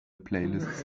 playlists